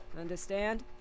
Understand